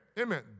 Amen